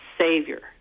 savior